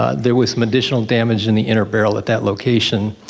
ah there was some additional damage in the inner barrel at that location.